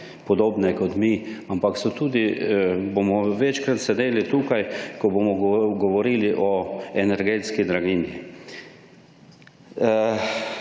podobne kot mi, ampak bomo večkrat sedeli tukaj, ko bomo govorili o energetski draginji.